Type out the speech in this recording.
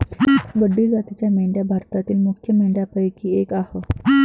गड्डी जातीच्या मेंढ्या भारतातील मुख्य मेंढ्यांपैकी एक आह